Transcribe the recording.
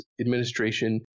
administration